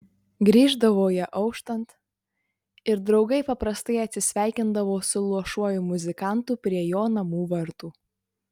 grįždavo jie auštant ir draugai paprastai atsisveikindavo su luošuoju muzikantu prie jo namų vartų